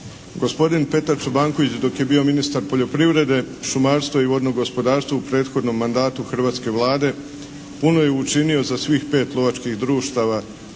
Gospodin Petar Čobanković dok je bio ministar poljoprivrede, šumarstva i vodnog gospodarstva u prethodnom mandatu hrvatske Vlade puno je učinio za svih pet lovačkih društava